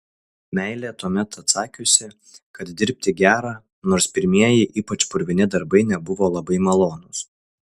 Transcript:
meilė tuomet atsakiusi kad dirbti gera nors pirmieji ypač purvini darbai nebuvo labai malonūs